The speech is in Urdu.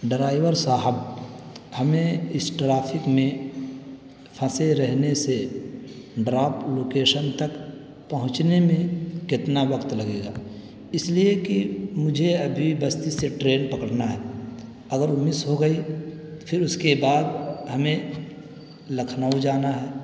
ڈرائیور صاحب ہمیں اس ٹرافک میں پھنسے رہنے سے ڈراپ لوکیشن تک پہنچنے میں کتنا وقت لگے گا اس لیے کہ مجھے ابھی بستی سے ٹرین پکڑنا ہے اگر وہ مس ہو گئی تو پھر اس کے بعد ہمیں لکھنؤ جانا ہے